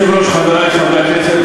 חברי הכנסת,